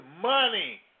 money